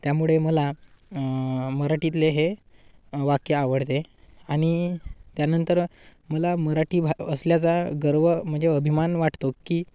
त्यामुळे मला मराठीतले हे वाक्य आवडते आणि त्यानंतर मला मराठी भा असल्याचा गर्व म्हणजे अभिमान वाटतो की